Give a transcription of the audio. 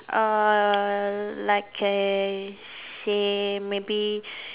uh like I say maybe